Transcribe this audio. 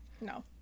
No